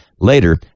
Later